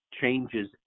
changes